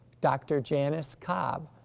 dr. janice cobb,